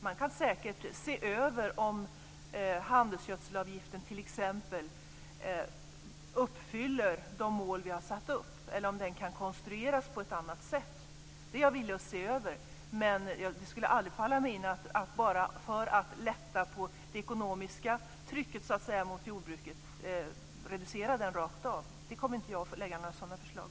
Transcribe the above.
Man kan säkert se över om t.ex. handelsgödselavgiften uppfyller de mål som vi har satt upp eller om den kan konstrueras på ett annat sätt. Jag är villig att undersöka det, men det skulle aldrig falla mig in att reducera avgifter rakt av bara för att lätta det ekonomiska trycket på jordbruket. Något sådant förslag kommer jag inte att lägga fram.